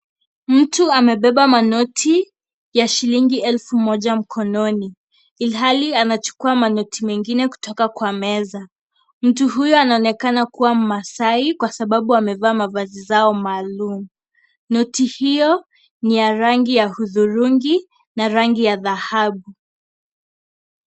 Mtu amebeba manoti ya shilingi elfu moja mkononi ilhali anachukua manoti mengine kutoka kwa meza. Mtu huyo anaonekana kuwa maasai kwa sababu amevaa mavazi zao maalum. Noti hiyo ni ya rangi ya hudhurungi na rangi ya dhahabu.